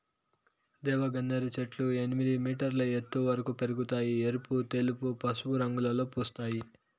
దేవగన్నేరు చెట్లు ఎనిమిది మీటర్ల ఎత్తు వరకు పెరగుతాయి, ఎరుపు, తెలుపు, పసుపు రంగులలో పూస్తాయి